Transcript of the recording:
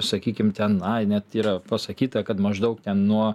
sakykim ten ai net yra pasakyta kad maždaug ten nuo